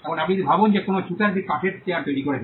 এখন আপনি যদি ভাবুন যে কোনও ছুতার একটি কাঠের চেয়ার তৈরি করছেন